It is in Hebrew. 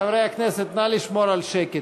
חברי הכנסת, נא לשמור על שקט.